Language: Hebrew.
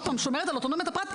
עוד פעם שומרת על אוטונומיית הפרט,